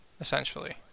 essentially